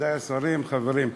מכובדי השרים, חברים,